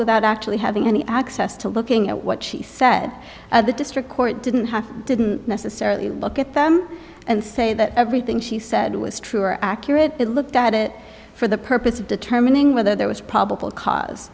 without actually having any access to looking at what she said the district court didn't have didn't necessarily look at them and say that everything she said was true or accurate it looked at it for the purpose of determining whether there was probable cause